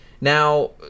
Now